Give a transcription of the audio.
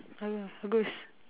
I will ghost